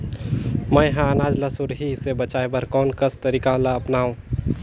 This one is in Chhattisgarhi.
मैं ह अनाज ला सुरही से बचाये बर कोन कस तरीका ला अपनाव?